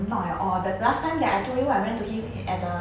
not at all that last time that I told you [what] I ran to him at the